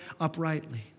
uprightly